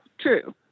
true